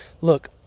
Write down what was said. look